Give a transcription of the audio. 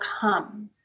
come